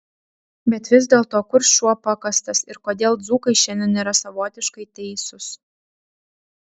bet vis dėlto kur šuo pakastas ir kodėl dzūkai šiandien yra savotiškai teisūs